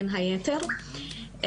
בין היתר.